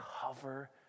cover